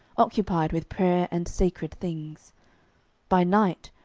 occupied with prayer and sacred things by night,